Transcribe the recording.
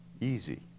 easy